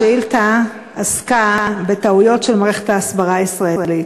השאילתה עסקה בטעויות של מערכת ההסברה הישראלית,